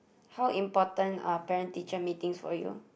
how important are parent teacher Meetings for you